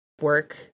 work